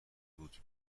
بود